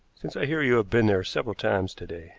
since i hear you have been there several times to-day